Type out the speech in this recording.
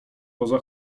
poza